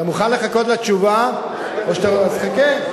אתה מוכן לחכות לתשובה, או שאתה, אז חכה.